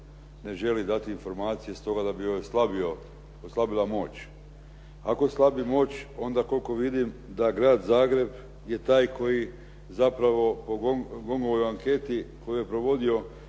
ne želi dati informacije stoga da bi joj oslabila moć. Ako slabi moć, onda koliko vidim da Grad Zagreb je taj koji zapravo po GONG-ovoj anketi koju je provodio